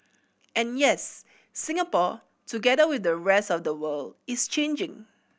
and yes Singapore together with the rest of the world is changing